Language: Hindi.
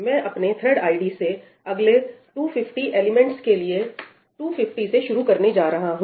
मैं अपने थ्रेड आईडी से अगले 250 एलिमेंट्स के लिए 250 से शुरू करने जा रहा हूं